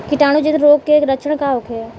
कीटाणु जनित रोग के लक्षण का होखे?